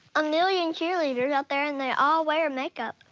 a million cheerleaders out there, and they all wear makeup.